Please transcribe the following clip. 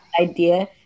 idea